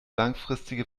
langfristige